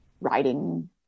writing